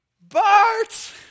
Bart